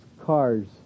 Cars